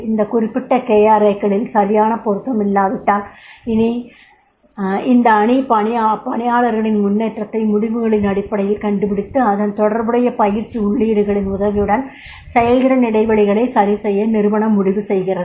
அந்த குறிப்பிட்ட KRA க்களில் சரியான பொருத்தம் இல்லாவிட்டால் இந்த அணி அப்பணியாளரின் முன்னேற்றத்தை முடிவுகளின் அடிப்படையில் கண்டுபிடித்து அதன் தொடர்புடைய பயிற்சி உள்ளீடுகளின் உதவியுடன் செயல்திறன் இடைவெளிகளைச் சரிசெய்ய நிறுவனம் முடிவு செய்கிறது